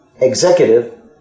executive